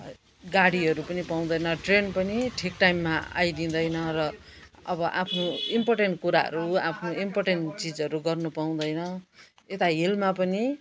गाडीहरू पनि पाउँदैन ट्रेन पनि ठिक टाइममा आइदिँदैन र अब आफ्नो इम्पोर्टेन्ट कुराहरू आफ्नो इम्पोर्टेन्ट चिजहरू गर्नु पाउँदैन यता हिलमा पनि